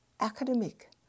academic